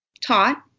taught